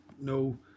no